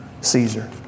Caesar